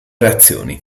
reazioni